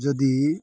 ଯଦି